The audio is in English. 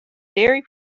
dairy